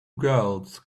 girls